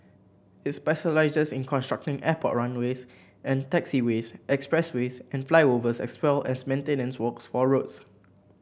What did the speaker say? it specialises in constructing airport runways and taxiways expressways and flyovers as well as maintenance works for roads